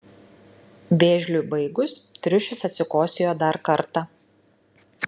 vėžliui baigus triušis atsikosėjo dar kartą